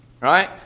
right